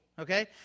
okay